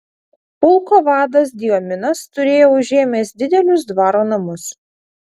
pulko vadas diominas turėjo užėmęs didelius dvaro namus